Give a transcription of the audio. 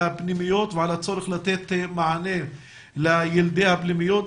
הפנימיות ולצורך לתת מענה לילדי הפנימיות.